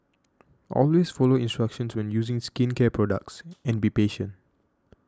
always follow instructions when using skincare products and be patient